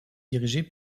dirigé